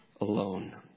alone